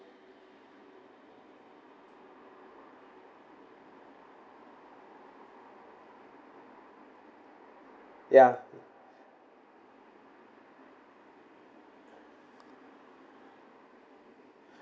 ya